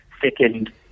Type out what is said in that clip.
thickened